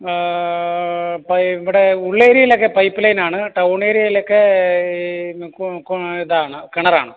അപ്പം ഇവിടെ ഉള്ളേര്യേലെക്കെ പൈപ്പ് ലൈനാണ് ടൗണേര്യേലെക്കെ കും കും ഇതാണ് കിണറാണ്